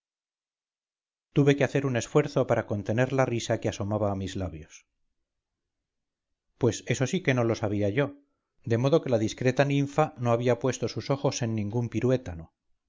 tuve que hacer un esfuerzo para contener la risa que asomaba a mis labios pues eso sí que no lo sabía yo de modo que la discreta ninfa no había puesto sus ojos en ningún piruétano de